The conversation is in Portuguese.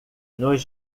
nos